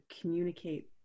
communicate